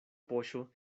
poŝo